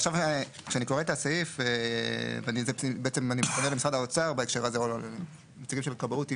אני פונה למשרד האוצר ולנציגים של כבאות,